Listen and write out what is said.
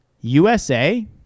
USA